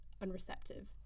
unreceptive